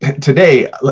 today